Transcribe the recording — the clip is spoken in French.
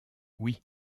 oui